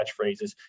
catchphrases